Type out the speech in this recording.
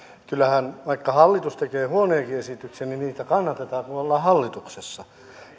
kyllähän vaikka hallitus tekee huonojakin esityksiä niitä kannatetaan kun ollaan hallituksessa